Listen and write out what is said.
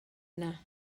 yna